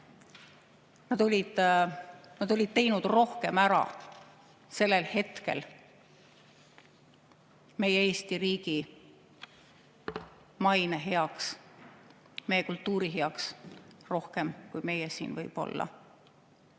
Nad olid teinud sellel hetkel ära meie Eesti riigi maine heaks, meie kultuuri heaks rohkem, kui meie siin võib-olla